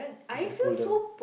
they can pull them